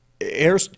air